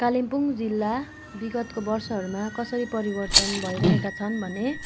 कालिम्पोङ जिल्ला बिगतको वर्षहरूमा कसरी परिवर्तन भई राखेका छन् भने